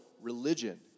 religion